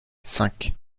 cinq